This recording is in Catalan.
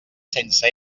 sense